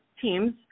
teams